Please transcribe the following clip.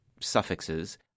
suffixes